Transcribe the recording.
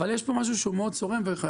יש פה משהו מאוד צורם.